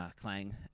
Clang